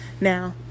Now